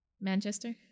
Manchester